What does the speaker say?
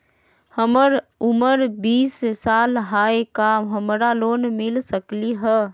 हमर उमर बीस साल हाय का हमरा लोन मिल सकली ह?